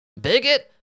Bigot